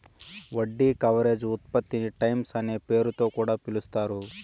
వడ్డీ కవరేజ్ ఉత్పత్తిని టైమ్స్ అనే పేరుతొ కూడా పిలుస్తారు